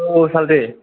आव सालथै